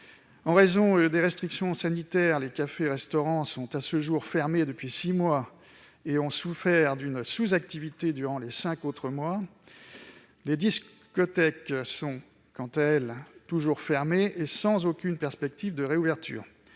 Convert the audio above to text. En raison des restrictions sanitaires, les cafés-restaurants sont à ce jour fermés depuis six mois et ont souffert d'une sous-activité durant les cinq autres mois. Les discothèques sont, quant à elles, toujours fermées, sans aucune perspective de réouverture.